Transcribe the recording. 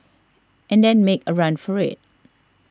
and then make a run for it